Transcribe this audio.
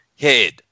head